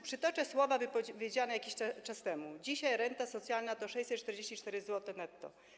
Przytoczę słowa wypowiedziane jakiś czas temu: Dzisiaj renta socjalna to 644 zł netto.